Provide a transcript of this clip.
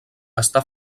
està